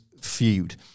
feud